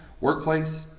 workplace